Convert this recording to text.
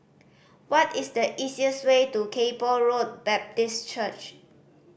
what is the easiest way to Kay Poh Road Baptist Church